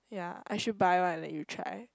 yeah I should buy one and let you try